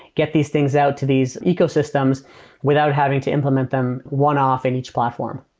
get these things out to these ecosystems without having to implement them one-off in each platform